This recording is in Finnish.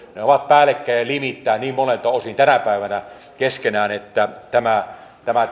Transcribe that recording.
ovat päällekkäin ja limittäin niin monelta osin tänä päivänä keskenään että tämä tämä